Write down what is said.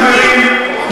חברים,